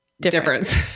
difference